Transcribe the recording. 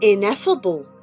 Ineffable